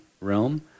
realm